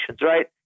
right